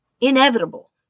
inevitable